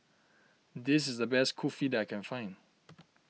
this is the best Kulfi that I can find